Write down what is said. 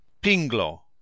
pinglo